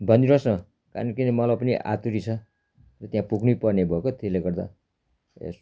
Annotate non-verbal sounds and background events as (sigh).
भनिदिनुहोस् न (unintelligible) किन मलाई पनि आतुरी छ त्यहाँ पुग्नै पर्ने भयो कि त्यसले गर्दा